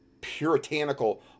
puritanical